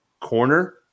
corner